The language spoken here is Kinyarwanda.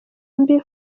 bombi